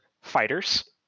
fighters